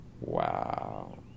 Wow